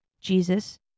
Jesus